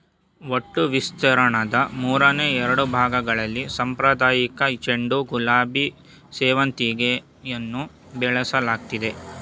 ಒಟ್ಟು ವಿಸ್ತೀರ್ಣದ ಮೂರನೆ ಎರಡ್ಭಾಗ್ದಲ್ಲಿ ಸಾಂಪ್ರದಾಯಿಕ ಚೆಂಡು ಗುಲಾಬಿ ಸೇವಂತಿಗೆಯನ್ನು ಬೆಳೆಸಲಾಗ್ತಿದೆ